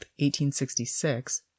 1866